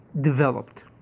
developed